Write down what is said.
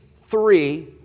three